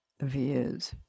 views